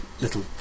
little